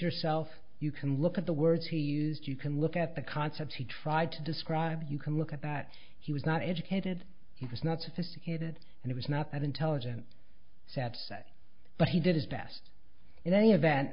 yourself you can look at the words he used you can look at the concepts he tried to describe you can look at that he was not educated he was not sophisticated and he was not that intelligent that set but he did his best in any